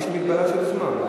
יש מגבלה של זמן.